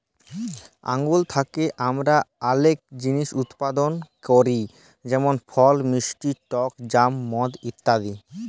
আঙ্গুর থ্যাকে আমরা অলেক জিলিস উৎপাদল ক্যরি যেমল ফল, মিষ্টি টক জ্যাম, মদ ইত্যাদি